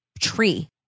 tree